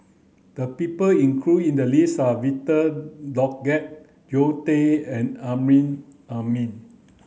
the people include in the list are Victor Doggett Zoe Tay and Amrin Amin